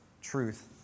truth